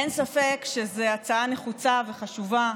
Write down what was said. אין ספק שזו הצעה נחוצה וחשובה.